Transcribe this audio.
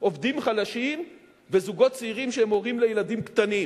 עובדים חלשים וזוגות צעירים שהם הורים לילדים קטנים,